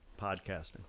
podcasting